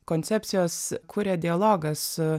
koncepcijos kuria dialogą su